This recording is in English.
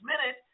minute